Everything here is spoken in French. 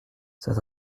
c’est